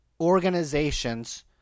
organizations